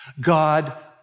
God